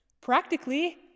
Practically